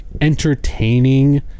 entertaining